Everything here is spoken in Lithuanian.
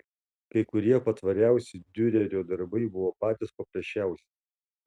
kai kurie patvariausi diurerio darbai buvo patys paprasčiausi